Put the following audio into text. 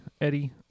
Eddie